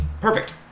Perfect